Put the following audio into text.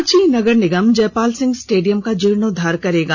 रांची नगर निगम जयपाल सिंह स्टेडियम का जीर्णोद्वार करेगा